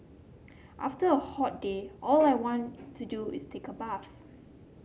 after a hot day all I want to do is take a bath